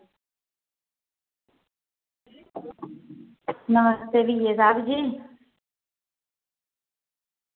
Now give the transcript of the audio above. नमस्ते PA साह्ब जी